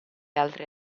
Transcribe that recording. altre